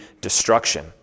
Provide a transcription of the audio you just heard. destruction